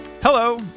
Hello